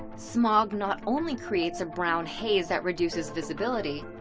smog not only creates a brown haze that reduces visibility,